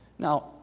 Now